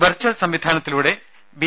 virtual സംവിധാനത്തിലൂടെ B